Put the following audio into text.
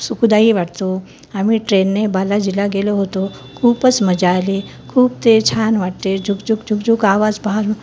सुखदायी वाटतो आम्ही ट्रेनने बालाजीला गेलो होतो खूपच मजा आली खूप ते छान वाटते झुक झुक झुक झुक आवाज पहा